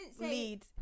lead